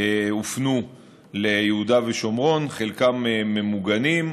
הופנו ליהודה ושומרון, חלקם ממוגנים.